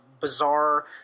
bizarre